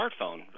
smartphone